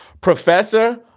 Professor